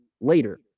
later